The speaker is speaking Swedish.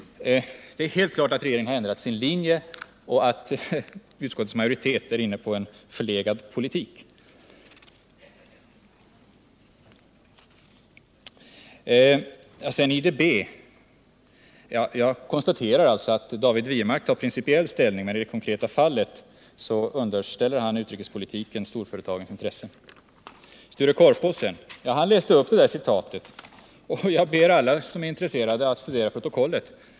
Det står helt klart att regeringen har ändrat sin linje och att utskottets majoritet är inne på en förlegad politik. Beträffande IDB konstaterar jag att David Wirmark tar principiell ställning, men i det konkreta fallet underställer han utrikespolitiken storföretagens intressen. Sture Korpås å sin sida läste upp citatet, och jag ber alla som är intresserade att studera protokollet.